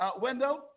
Wendell